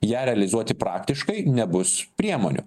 ją realizuoti praktiškai nebus priemonių